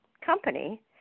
company